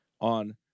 on